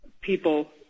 people